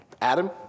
Adam